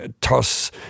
toss